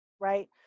right